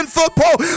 football